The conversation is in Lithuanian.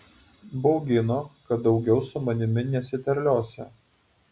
baugino kad daugiau su manimi nesiterliosią